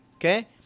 Okay